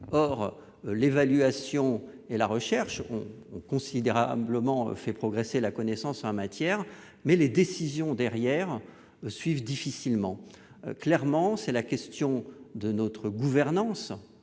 or l'évaluation et la recherche ont considérablement fait progresser la connaissance en matière mais les décisions derrière suivent difficilement clairement, c'est la question de notre gouvernance